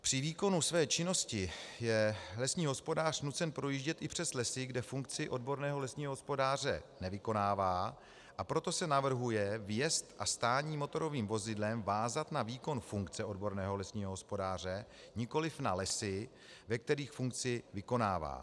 Při výkonu své činnost je lesní hospodář nucen projíždět i přes lesy, kde funkci odborného lesního hospodáře nevykonává, a proto se navrhuje vjezd a stání motorovým vozidlem vázat na výkon funkce odborného lesního hospodáře, nikoliv na lesy, ve kterých funkci vykonává.